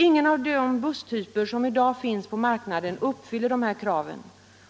Ingen av de "busstyper som i dag finns på marknaden uppfyller dessa krav,